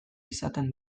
izaten